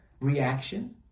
reaction